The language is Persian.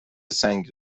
سنگ